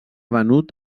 venut